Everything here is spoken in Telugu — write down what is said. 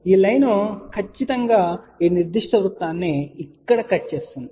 ఈ లైన్ ఖచ్చితంగా ఈ నిర్దిష్ట వృత్తాన్ని ఇక్కడ కట్ చేస్తుంది